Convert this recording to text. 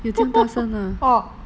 a'ah